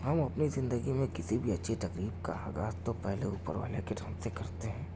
ہم اپنی زندگی میں کسی بھی اچھی تقریب کا آغاز تو پہلے اُوپر والے کے ڈھنگ سے کرتے ہیں